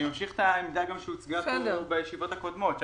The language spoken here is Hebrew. אני ממשיך את העמדה שהוצגה כאן בישיבות הקודמות.